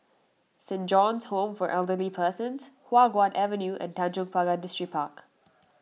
Saint John's Home for Elderly Persons Hua Guan Avenue and Tanjong Pagar Distripark